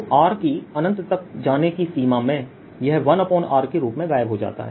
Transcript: तो r की अनंत तक जाने की सीमा में यह 1r के रूप में गायब हो जाता है